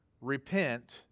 repent